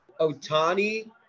Otani